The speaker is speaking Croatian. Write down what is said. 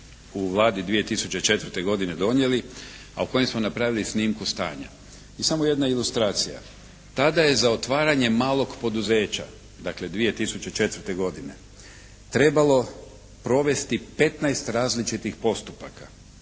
u Vladi 2004. godine donijeli, a u kojem smo napravili snimku stanja. I samo jedna ilustracija. Tada je za otvaranje malog poduzeća dakle 2004. godine trebalo provesti 15 različitih postupaka.